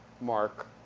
Mark